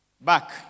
back